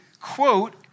quote